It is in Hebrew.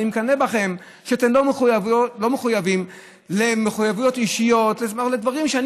אני מקנא בכם על שאתם לא מחויבים במחויבויות אישיות לדברים.